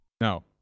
No